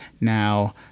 now